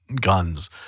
Guns